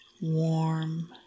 Warm